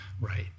Right